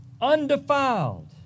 undefiled